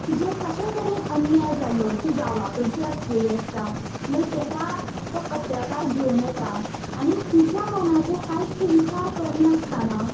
तिजेर कशें तरेन अन्याय जाल्लो ती गांवा कडची आसलेली आसता मागीर तेका तो पत्रकार घेवन येता आनी तिच्या मनाचो कांयच विचार करनासतना